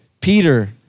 Peter